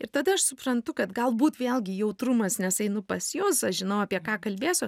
ir tada aš suprantu kad galbūt vėlgi jautrumas nes einu pas juos aš žinau apie ką kalbėsiu